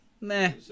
Meh